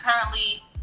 currently